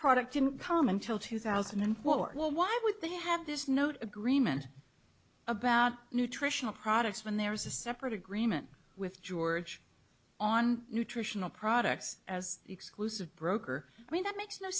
product didn't come until two thousand and four well why would they have this note agreement about nutritional products when there is a separate agreement with george on nutritional products as exclusive broker i mean that makes no